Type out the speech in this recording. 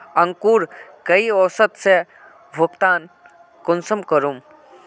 अंकूर कई औसत से भुगतान कुंसम करूम?